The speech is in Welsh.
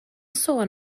sôn